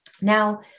Now